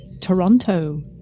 Toronto